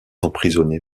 emprisonné